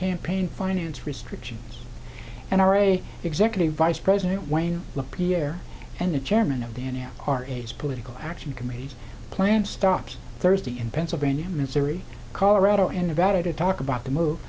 campaign finance restrictions and are a executive vice president wayne la pierre and the chairman of the n l r a's political action committees planned stops thursday in pennsylvania missouri colorado and nevada to talk about the move